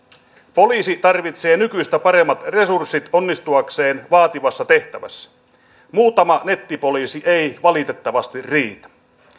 poliisi tarvitsee nykyistä paremmat resurssit onnistuakseen vaativassa tehtävässä muutama nettipoliisi ei valitettavasti riitä